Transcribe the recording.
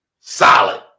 solid